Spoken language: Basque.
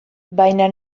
baina